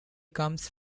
comes